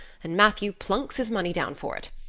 and matthew plunks his money down for it.